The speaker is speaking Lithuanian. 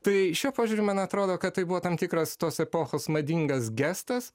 tai šiuo požiūriu man atrodo kad tai buvo tam tikras tos epochos madingas gestas